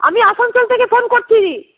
আমি আসানসোল থেকে ফোন করছি